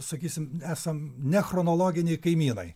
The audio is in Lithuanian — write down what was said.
sakysim esam nechronologiniai kaimynai